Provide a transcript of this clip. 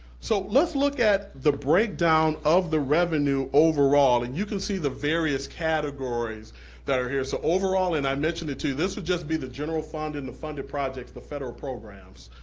so let's look at the breakdown of the revenue overall, and you can see the various categories that are here. so overall, and i mentioned it to you, this would just be the general fund and the funded projects, the federal programs.